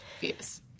views